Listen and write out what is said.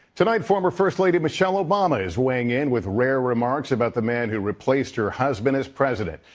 tonight former first lady michelle obama is weighing in with rare remarks about the man who replaced her husband as president.